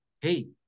hey